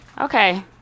Okay